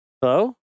Hello